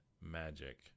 magic